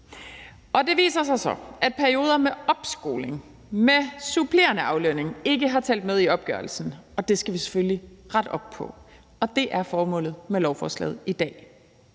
Det viser sig så, at perioder under opskoling med supplerende aflønning ikke har talt med i opgørelsen, og det skal vi selvfølgelig rette op på. Og det er formålet med lovforslaget her.